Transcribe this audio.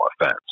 offense